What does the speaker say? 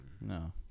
No